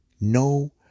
No